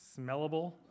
Smellable